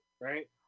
right